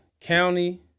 county